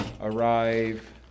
arrive